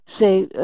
say